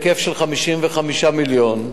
בהיקף של 55 מיליון,